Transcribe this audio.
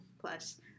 plus